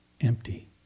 empty